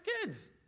kids